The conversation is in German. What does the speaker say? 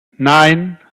nein